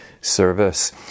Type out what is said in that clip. service